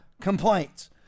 complaints